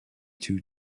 two